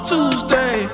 Tuesday